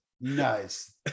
nice